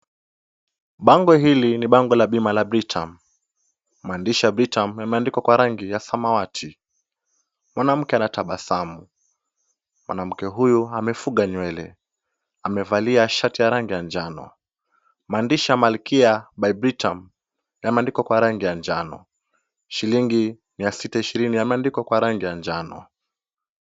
Bango hili ni bango la bima la Britam. Maandishi ya Britam yameandikwa kwa rangi ya samawati. Mwanamke anatabasamu. Mwanamke huyu amefuga nywele. Amevalia shati la rangi ya njano. Maandishi ya malkia by Britam yameandikwa kwa rangi ya njano. Shilingi mia sita ishirini yameandikwa kwa rangi ya njano.